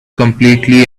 completely